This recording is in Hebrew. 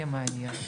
יהיה מעניין.